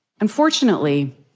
Unfortunately